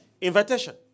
Invitation